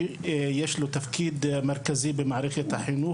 יש לו תפקיד מרכזי במערכת החינוך,